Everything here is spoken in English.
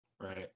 Right